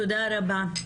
תודה רבה.